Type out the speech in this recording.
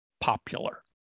popular